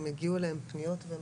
האם הגיעו אליהם פניות?